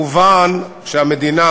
מובן שהמדינה,